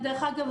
דרך אגב,